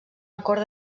acord